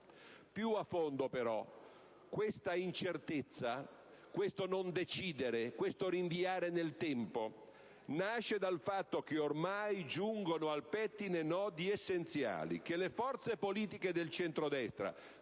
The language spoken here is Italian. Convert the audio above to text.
Più a fondo però questa incertezza, questo non decidere, questo rinviare nel tempo nasce dal fatto che ormai giungono al pettine nodi essenziali, che le forze politiche del centrodestra,